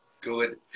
Good